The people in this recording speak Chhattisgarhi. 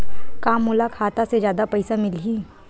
का मोला खाता से जादा पईसा मिलही?